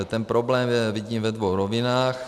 Ten problém vidím ve dvou rovinách.